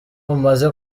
umaze